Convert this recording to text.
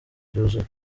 byuzuye